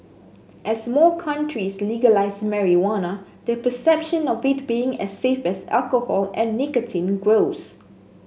as more countries legalise marijuana the perception of it being as safe as alcohol and nicotine grows